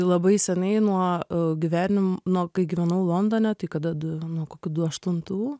labai senai nuo gyvenim nuo kai gyvenau londone tai kada nuo kokių du aštuntų